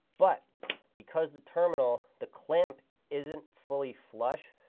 but because the terminal, the clamp isn't fully flush,